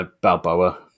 Balboa